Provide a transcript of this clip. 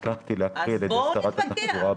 התש"ף-2020.